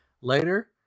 later